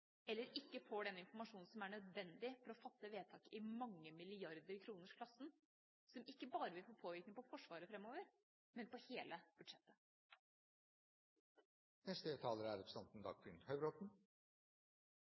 eller at vi ikke får den informasjonen som er nødvendig for å fatte vedtak i mange milliarder kroner-klassen, som ikke bare vil få påvirkning på Forsvaret framover, men på hele